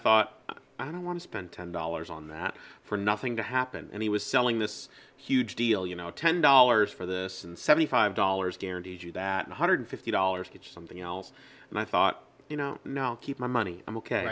thought i don't want to spend ten dollars on that for nothing to happen and he was selling this huge deal you know ten dollars for this and seventy five dollars guaranteed you that one hundred fifty dollars it's something else and i thought you know now keep my money i'm